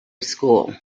school